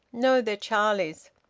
no. they're charlie's.